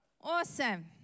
Awesome